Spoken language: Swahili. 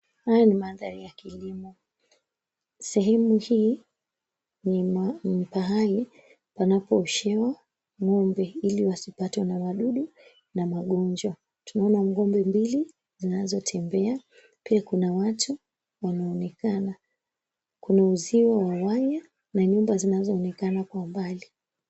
Haya ni mandhari ya kilimo. Sehemu hii ni pahali panapooshewa ng'ombe, ili wasipate na wadudu na magonjwa. Tunaona ng'ombe mbili zinazotembea, pia kuna watu wanaonekana. Kuna uzio wa waya na nyumba zinazoonekana kwa umbali.